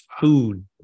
food